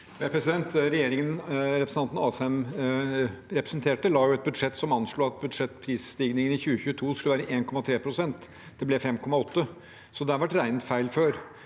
Asheim representerte, la et budsjett som anslo at budsjettprisstigningen i 2022 skulle være 1,3 pst. Det ble 5,8 pst., så det har vært regnet feil før.